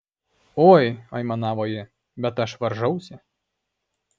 oi aimanavo ji bet aš varžausi